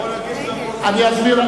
ההודעה,